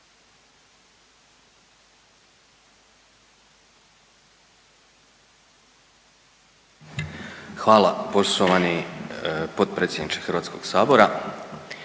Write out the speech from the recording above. Hvala poštovani potpredsjedniče Hrvatskog sabora.